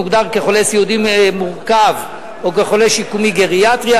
מוגדר כחולה סיעודי מורכב או כחולה שיקומי גריאטרי,